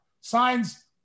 signs